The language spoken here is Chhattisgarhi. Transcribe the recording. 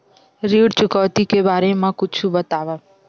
ऋण चुकौती के बारे मा कुछु बतावव?